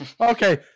okay